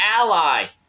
ally